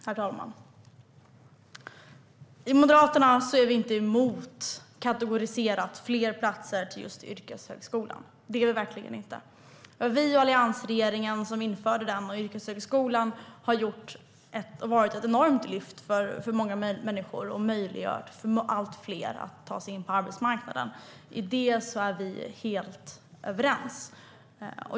Herr talman! I Moderaterna är vi inte emot att det ska vara fler platser till just yrkeshögskolan. Det är vi verkligen inte. Det var vi och alliansregeringen som införde den, och yrkeshögskolan har varit ett enormt lyft för många människor och möjliggör för allt fler att ta sig in på arbetsmarknaden. Där är vi helt överens.